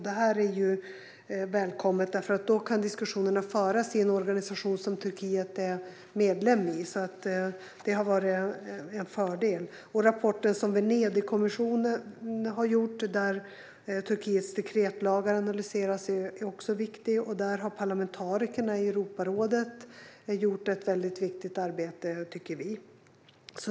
Detta är välkommet, för då kan diskussionerna föras i en organisation som Turkiet är medlem i. Detta har varit en fördel. Rapporten som Venedigkommissionen har lagt fram, där Turkiets dekretlagar analyseras, är också viktig. Där har parlamentarikerna i Europarådet gjort ett väldigt betydelsefullt arbete, tycker vi.